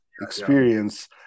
experience